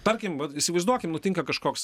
tarkim vat įsivaizduokim nutinka kažkoks